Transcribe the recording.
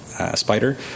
spider